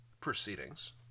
proceedings